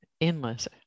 endless